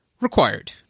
required